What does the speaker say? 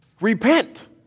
Repent